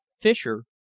Fisher